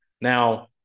Now